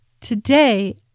Today